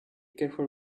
careful